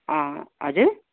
हजुर